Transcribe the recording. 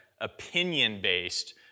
opinion-based